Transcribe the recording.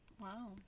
Wow